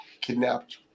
kidnapped